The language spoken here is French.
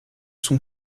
sont